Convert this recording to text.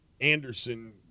Anderson